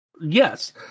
yes